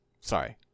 Sorry